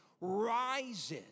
rises